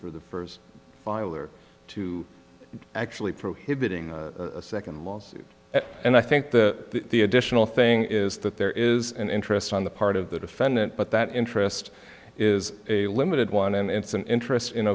for the first file or two actually prohibiting second laws and i think that the additional thing is that there is an interest on the part of the defendant but that interest is a limited one and it's an interest in